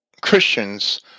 Christians